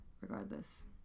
regardless